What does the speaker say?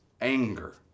Anger